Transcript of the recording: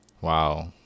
Wow